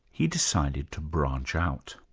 he decided to branch out.